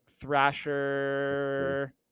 Thrasher